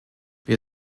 wir